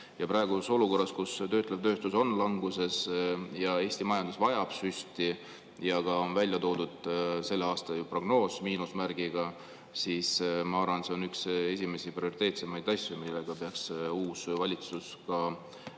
Praeguses olukorras, kus töötlev tööstus on languses ja Eesti majandus vajab süsti ning on ära toodud ka selle aasta prognoos miinusmärgiga, siis ma arvan, et see on üks esimesi ja prioriteetsemaid asju, millega peaks uus valitsus tegelema,